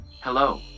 Hello